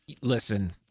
listen